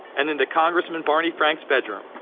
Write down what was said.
and into congressman barney frank's bedroom.